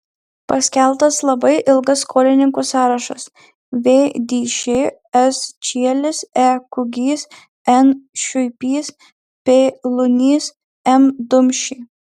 paskelbtas labai ilgas skolininkų sąrašas v dyšė s čielis e kugys n šiuipys p lunys m dumšė